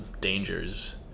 dangers